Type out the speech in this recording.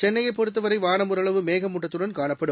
சென்னையைபொறுத்தவரைவானம் ஒரளவு மேகமூட்டத்துடன் காணப்படும்